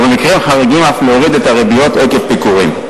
ובמקרים חריגים אף להוריד את הריביות עקב הפיגורים.